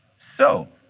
so